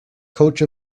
coach